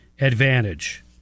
advantage